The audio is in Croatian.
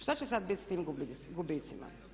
Što će sad bit sa tim gubicima.